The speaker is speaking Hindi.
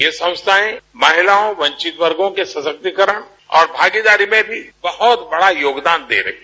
यह संस्थाएं महिलाओं वंचित वर्गो के सशक्तिकरण और भागीदारी पार्टी में भी बहुत बड़ा योगदान दे रही है